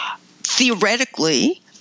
theoretically